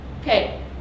Okay